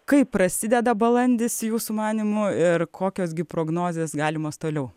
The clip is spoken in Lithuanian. kaip prasideda balandis jūsų manymu ir kokios gi prognozės galimos toliau